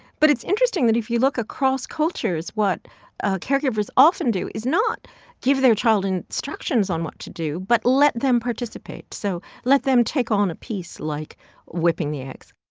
but it's interesting that if you look across cultures, what caregivers often do is not give their child instructions on what to do but let them participate, so let them take on a piece like whipping the eggs